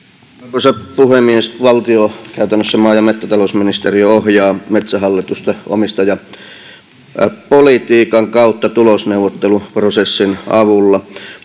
arvoisa puhemies valtio käytännössä maa ja metsätalousministeriö ohjaa metsähallitusta omistajapolitiikan kautta tulosneuvotteluprosessin avulla